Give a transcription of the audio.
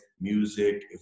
music